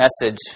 message